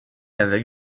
avec